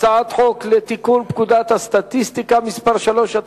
הצעת חוק לתיקון פקודת הסטטיסטיקה (מס' 3),